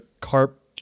carp